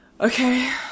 okay